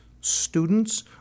students